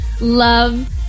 love